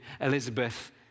Elizabeth